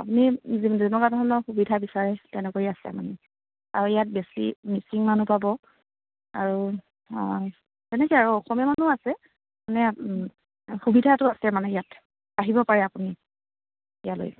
আপুনি যেনেকুৱা ধৰণৰ সুবিধা বিচাৰে তেনেকৈয়ে আছে মানে আৰু ইয়াত বেছি মিচিং মানুহ পাব আৰু তেনেকৈ আৰু অসমীয়া মানুহ আছে মানে সুবিধাটো আছে মানে ইয়াত আহিব পাৰে আপুনি ইয়ালৈ